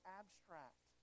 abstract